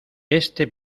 este